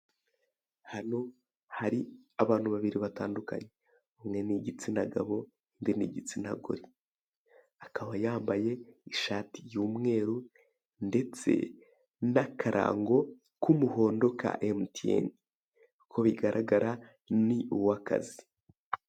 Hano hari abantu babiri batandukanye umwe ni igitsina gabo undi ni igitsina gore akaba yambaye ishati y'umweru ndetse n'akarango k'umuhondo ka emutiyeni uko bigaragara ni uw'akazi.